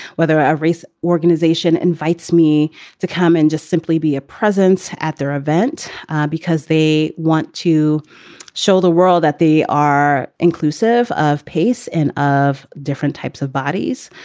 whether a race organization invites me to come and just simply be a presence at their event because they want to show the world that they are inclusive of pace and of different types of bodies.